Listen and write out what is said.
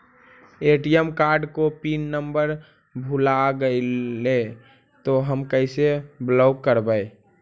ATM card को pin number भुला गैले तौ हम कैसे ब्लॉक करवै?